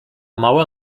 mała